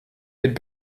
had